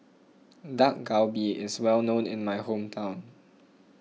Dak Galbi is well known in my hometown